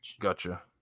Gotcha